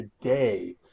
today